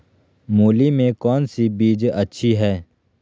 मूली में कौन सी बीज अच्छी है?